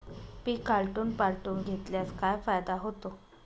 पीक आलटून पालटून घेतल्यास काय फायदा होतो?